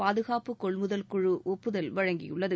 பாதுகாப்பு கொள்முதல் குழு ஒப்புதல் வழங்கியுள்ளது